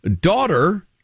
daughter